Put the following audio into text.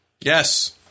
Yes